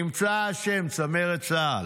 נמצא האשם, צמרת צה"ל.